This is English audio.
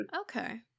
okay